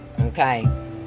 Okay